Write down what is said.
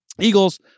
Eagles